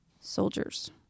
soldiers